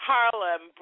Harlem